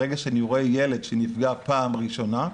ברגע שאני רואה ילד שנפגע בפעם הראשונה,